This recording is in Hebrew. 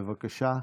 בבקשה.